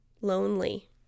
lonely